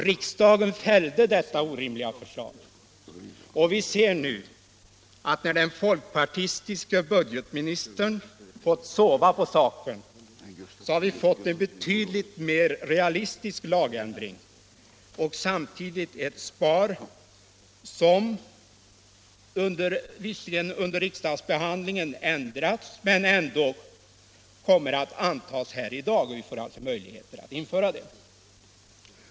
Riksdagen fällde detta orimliga förslag. Och vi ser nu att när den folkpartistiske budgetministern fått sova på saken har vi fått en betydligt mer realistisk lagändring och samtidigt ett SPAR som visserligen ändrats under riksdagsbehandlingen men ändå kommer att antas här i dag så att vi får möjligheter att införa det.